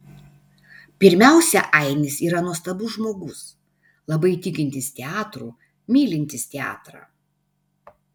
pirmiausia ainis yra nuostabus žmogus labai tikintis teatru mylintis teatrą